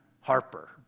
Harper